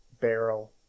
barrel